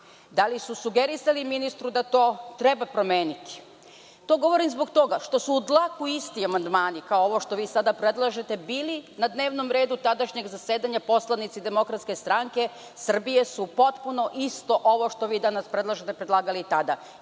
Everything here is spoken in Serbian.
Da li su sugerisali ministru da to treba promeniti? To govorim zbog toga što su u dlaku isti amandmani, kao ovo što vi sada predlažete, bili na dnevnom redu tadašnjeg zasedanja. Poslanici Demokratske stranke Srbije su potpuno isto ovo, što vi danas predlažete, predlagali tada.